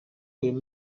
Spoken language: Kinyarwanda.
uyu